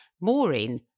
Maureen